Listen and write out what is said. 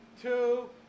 two